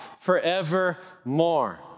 forevermore